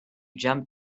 jump